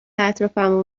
اطرافمو